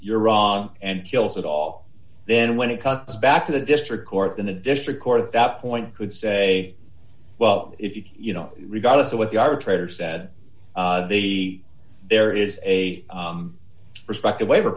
you're wrong and kills it all then when it comes back to the district court in the district court at that point could say well if you can you know regardless of what the arbitrator said the there is a prospective waiver